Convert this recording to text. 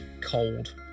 cold